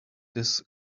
des